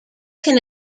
can